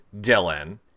Dylan